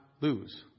lose